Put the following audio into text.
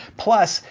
plus,